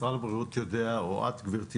משרד הבריאות יודע או את גברתי,